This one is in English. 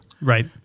Right